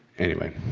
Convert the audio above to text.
anyway.